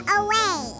away